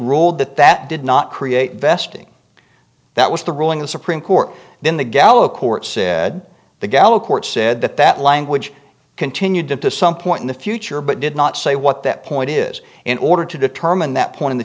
ruled that that did not create vesting that was the ruling the supreme court then the gallo court said the gallo court said that that language continued to some point in the future but did not say what that point is in order to determine that point in the